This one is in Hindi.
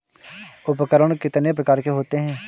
उपकरण कितने प्रकार के होते हैं?